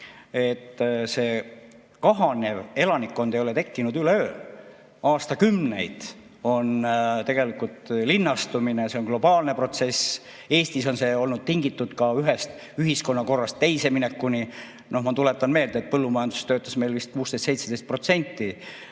et kahanev elanikkond ei ole tekkinud üleöö. Aastakümneid on tegelikult toimunud linnastumine, see on globaalne protsess. Eestis on see olnud tingitud ka ühest ühiskonnakorrast teise minekust. Ma tuletan meelde, et põllumajanduses töötas meil [kunagi] vist